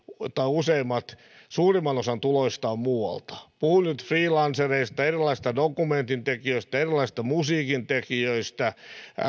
useimmat suurimman osan tuloistaan muualta puhun nyt freelancereista erilaisista dokumentintekijöistä erilaisista musiikintekijöistä